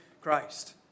Christ